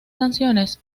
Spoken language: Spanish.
canciones